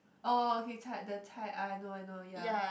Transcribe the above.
oh okay cha~ the cai I know I know ya